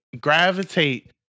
gravitate